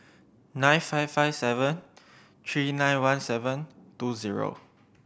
nine five five seven three nine one seven two zero